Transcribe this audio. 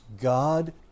God